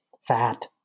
fat